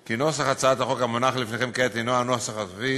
כי נוסח הצעת החוק המונח לפניכם כעת אינו הנוסח הסופי